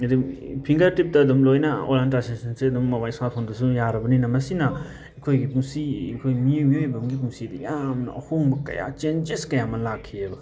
ꯑꯗꯨꯝ ꯐꯤꯡꯒꯔ ꯇꯤꯞꯇ ꯑꯗꯨꯝ ꯂꯣꯏꯅ ꯑꯣꯟꯂꯥꯏꯟ ꯇ꯭ꯔꯥꯟꯁꯦꯛꯁꯟꯁꯦ ꯑꯗꯨꯝ ꯃꯣꯕꯥꯏꯜ ꯏꯁꯃꯥꯔꯠ ꯐꯣꯟꯗꯁꯨ ꯌꯥꯔꯕꯅꯤꯅ ꯃꯁꯤꯅ ꯑꯩꯍꯣꯏꯒꯤ ꯄꯨꯟꯁꯤ ꯑꯩꯈꯣꯏ ꯃꯤꯑꯣꯏꯕ ꯑꯃꯒꯤ ꯄꯨꯟꯁꯤꯗ ꯌꯥꯝꯅ ꯑꯍꯣꯡꯕ ꯀꯌꯥ ꯆꯦꯟꯖꯦꯁ ꯀꯌꯥ ꯑꯃ ꯂꯥꯛꯈꯤꯑꯕ